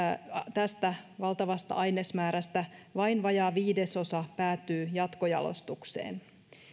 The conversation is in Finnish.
tästä valtavasta ainesmäärästä vain vajaa viidesosa päätyy jatkojalostukseen